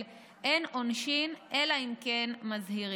אין עונשין אלא אם כן מזהירין.